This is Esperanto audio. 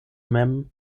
mem